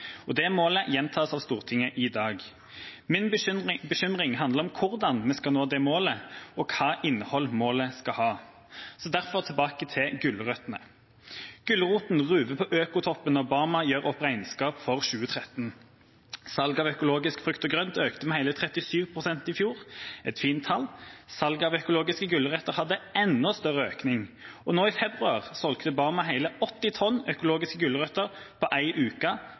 og det målet gjentas av Stortinget i dag. Min bekymring handler om hvordan vi skal nå det målet, og hvilket innhold målet skal ha. Så derfor tilbake til gulrøttene. Gulroten ruver på økotoppen når Bama gjør opp regnskap for 2013. Salget av økologisk frukt og grønt økte med hele 37 pst. i fjor – et fint tall. Salget av økologiske gulrøtter hadde en enda større økning. Og nå i februar solgte Bama hele 80 tonn økologiske gulrøtter på en uke.